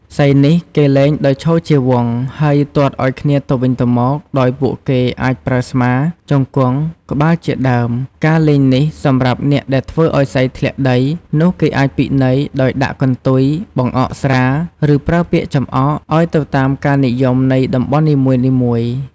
សីនេះគេលេងដោយឈរជាវង់ហើយទាត់ឲ្យគ្នាទៅវិញទៅមកដោយពួកគេអាច ប្រើស្មា ជង្គង់ ក្បាលជាដើមការលេងនេះសម្រាប់អ្នកដែលធ្វើឲ្យសីធ្លាក់ដីនោះគេអាចពិន័យដោយដាក់កន្ទុយ បង្អកស្រា ឬ ប្រើពាក្យចំអក ឲ្យទៅតាមការនិយមនៃតំបន់នីមួយៗ ។